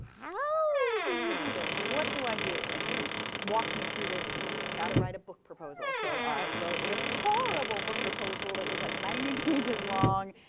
how do you do this? what do i do? and he walked me through this. you got to write a book proposal. so i wrote a horrible book proposal that was like ninety pages long.